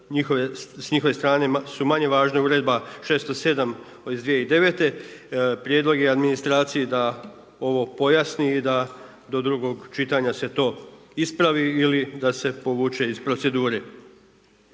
s njihove strane su manje važne Uredba 607 iz 2009., prijedlog je administraciji da ovo pojasni i da do drugog čitanja se to ispravi ili da se povuče iz procedure.